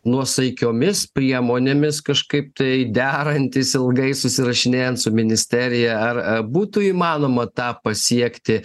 nuosaikiomis priemonėmis kažkaip tai derantis ilgai susirašinėjant su ministerija ar ar būtų įmanoma tą pasiekti